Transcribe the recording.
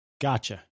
Gotcha